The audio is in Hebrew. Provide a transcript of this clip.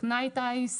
טכנאי טיס,